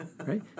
right